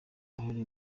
uruhare